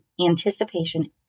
anticipation